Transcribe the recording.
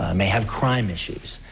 um they have crime issues.